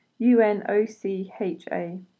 UNOCHA